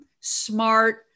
smart